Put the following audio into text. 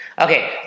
Okay